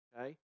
okay